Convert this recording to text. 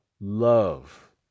love